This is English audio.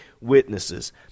witnesses